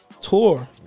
tour